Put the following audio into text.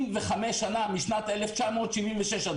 45 שנה, מ-1976.